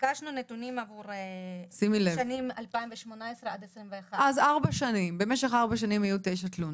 ביקשנו נתונים עבור השנים 2018 עד 2021. אז במשך ארבע שנים היו תשע תלונות.